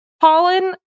pollen